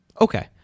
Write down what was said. Okay